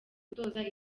utoza